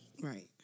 Right